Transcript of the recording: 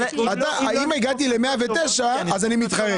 אם הגעתי ל-109 אז אני מתחרט.